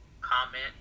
comment